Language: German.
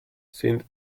sind